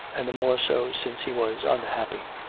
and the more so since he was unhappy.